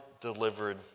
delivered